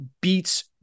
beats